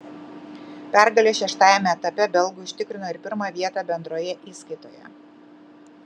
pergalė šeštajame etape belgui užtikrino ir pirmą vietą bendroje įskaitoje